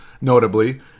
notably